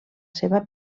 seva